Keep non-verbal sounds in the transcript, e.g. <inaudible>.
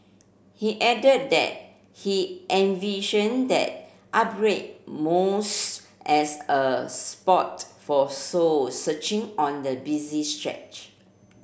he added that he envision that <unintelligible> as a spot for soul searching on the busy stretch